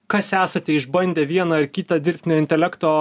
kas esate išbandę vieną ar kitą dirbtinio intelekto